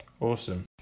Awesome